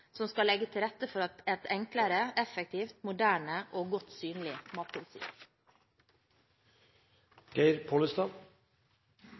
som skal legge til rette for et enklere, effektivt, moderne og godt synlig